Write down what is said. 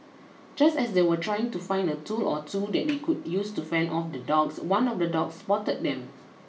just as they were trying to find a tool or two that they could use to fend off the dogs one of the dogs spotted them